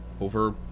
over